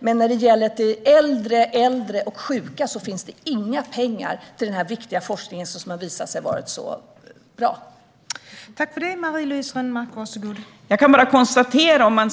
Men när det gäller äldre och sjuka finns det inga pengar till den viktiga forskningen, som har visat sig vara så bra.